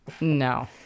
No